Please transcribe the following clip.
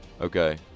Okay